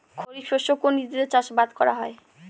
খরিফ শস্য কোন ঋতুতে চাষাবাদ করা হয়?